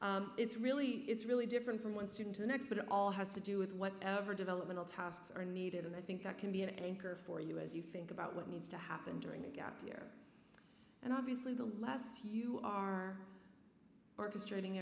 english it's really it's really different from one student to the next but it all has to do with whatever developmental tasks are needed and i think that can be an anchor for you as you think about what needs to happen during the gap year and obviously the last you are are constrain